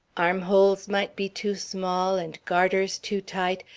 armholes might be too small and garters too tight,